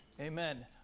Amen